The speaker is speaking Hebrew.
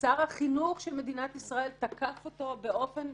שר החינוך של מדינת ישראל תקף אותו באופן,